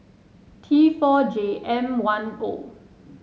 T four J M one O